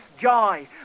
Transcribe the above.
joy